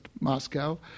Moscow